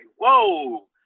whoa